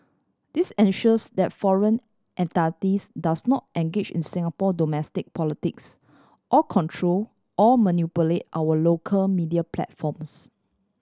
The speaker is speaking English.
this ensures that foreign entities do not engage in Singapore domestic politics or control or manipulate our local media platforms